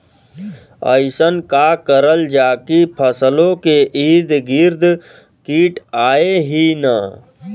अइसन का करल जाकि फसलों के ईद गिर्द कीट आएं ही न?